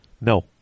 No